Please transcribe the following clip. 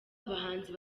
abahanzi